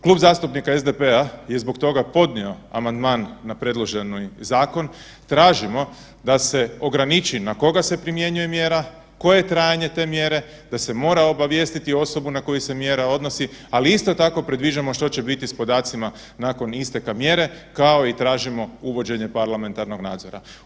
Klub zastupnika SDP-a je zbog podnio amandman na predloženi zakon, tražimo da se ograniči na koga se primjenjuje mjera, koje je trajanje te mjere da se mora obavijestiti osobu na koju se mjera odnosi, ali isto tako predviđamo što će biti s podacima nakon isteka mjera kao i tražimo uvođenje parlamentarnog nadzora.